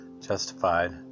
justified